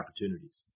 opportunities